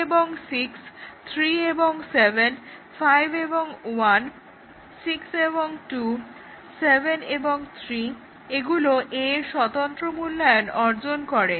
2 এবং 6 3 এবং 7 5 এবং 1 6 এবং 2 7 এবং 3 এগুলো A এর স্বতন্ত্র মূল্যায়ন অর্জন করে